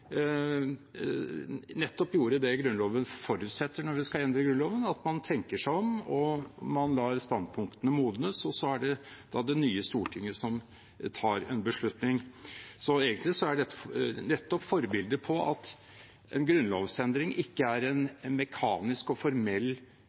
det Grunnloven forutsetter når vi skal endre den, at man tenker seg om, at man lar standpunktene modnes, og så er det det nye stortinget som tar en beslutning. Egentlig er dette nettopp et bilde på at en grunnlovsendring ikke er en